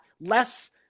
less